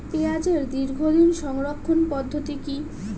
পেঁয়াজের দীর্ঘদিন সংরক্ষণ পদ্ধতি কি?